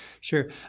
sure